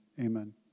amen